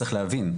צריך להבין,